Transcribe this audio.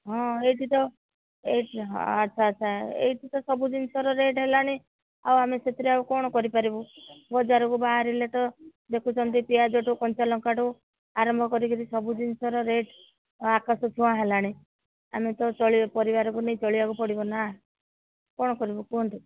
ହଁ ଏଇଠି ତ ଏଇଠି ଆଚ୍ଛା ଆଚ୍ଛା ଏଇଠି ତ ସବୁ ଜିନିଷର ରେଟ୍ ହେଲାଣି ଆଉ ଆମେ ସେଥିରେ ଆଉ କ'ଣ କରିପାରିବୁ ବଜାରକୁ ବାହାରିଲେ ତ ଦେଖୁଛନ୍ତି ପିଆଜଠୁ କଞ୍ଚାଲଙ୍କାଠୁ ଆରମ୍ଭ କରିକିରି ସବୁ ଜିନିଷର ରେଟ୍ ଆକାଶ ଛୁଆଁ ହେଲାଣି ଆମେ ତ ଚଳି ପରିବାରକୁ ନେଇ ଚଳିବାକୁ ପଡ଼ିବ ନା କ'ଣ କରିବୁ କୁହନ୍ତୁ